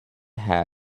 hat